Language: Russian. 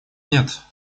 нет